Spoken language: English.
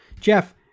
Jeff